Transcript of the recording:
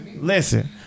Listen